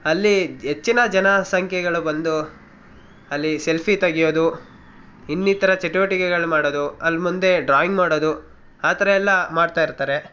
ಅಲ್ಲಿ ಹೆಚ್ಚಿನ ಜನಸಂಖ್ಯೆಗಳು ಬಂದು ಅಲ್ಲಿ ಸೆಲ್ಫಿ ತೆಗೆಯೋದು ಇನ್ನಿತರ ಚಟುವಟಿಕೆಗಳು ಮಾಡೋದು ಅಲ್ಲಿ ಮುಂದೆ ಡ್ರಾಯಿಂಗ್ ಮಾಡೋದು ಆ ಥರ ಎಲ್ಲ ಮಾಡ್ತಾಯಿರ್ತಾರೆ